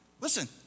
Listen